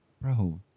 Bro